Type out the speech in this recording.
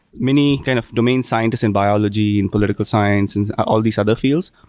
many kind of domain scientist in biology, in political science, in all these other fields,